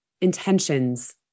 intentions